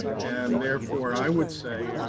and therefore i would say,